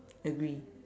agree